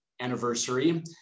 anniversary